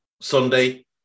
Sunday